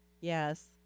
Yes